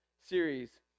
series